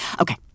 Okay